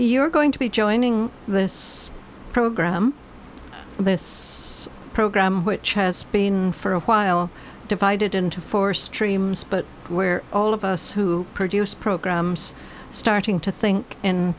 are going to be joining this program this program which has been for a while divided into four streams but where all of us who produce programs starting to think in